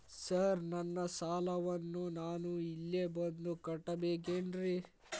Sir ನನ್ನ ಸಾಲವನ್ನು ನಾನು ಇಲ್ಲೇ ಬಂದು ಕಟ್ಟಬೇಕೇನ್ರಿ?